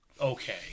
okay